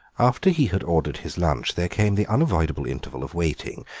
after he had ordered his lunch there came the unavoidable interval of waiting,